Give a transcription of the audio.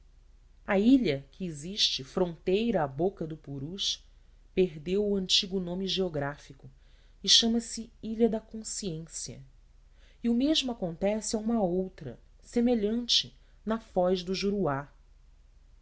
a ilha que existe fronteira à boca do purus perdeu o antigo nome geográfico e chama-se ilha da consciência e o mesmo acontece a uma outra semelhante na foz do juruá